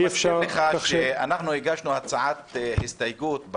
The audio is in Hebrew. אנחנו הגשנו הצעת הסתייגות,